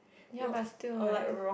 ya but still like